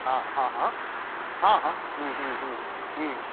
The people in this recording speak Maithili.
हँ हँ हँ हँ हँ ह्म्म ह्म्म ह्म्म